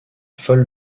folle